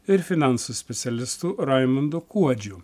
ir finansų specialistu raimundu kuodžiu